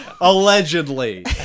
Allegedly